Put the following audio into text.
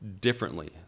differently